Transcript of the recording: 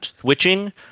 switching